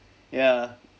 ya